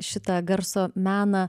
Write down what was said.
šitą garso meną